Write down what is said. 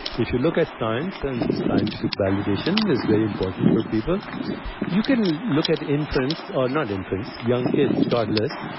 if you look at science and scientific validation is very important for people you can look at infants, or not infants, young kids, toddlers,